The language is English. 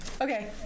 Okay